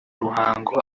ruhango